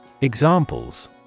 Examples